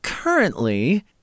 Currently